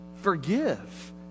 Forgive